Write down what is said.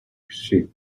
sheep